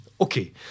okay